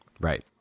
Right